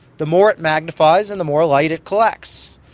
the more it magnifies and the more light it collects.